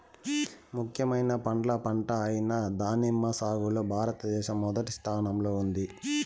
ముఖ్యమైన పండ్ల పంట అయిన దానిమ్మ సాగులో భారతదేశం మొదటి స్థానంలో ఉంది